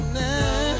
now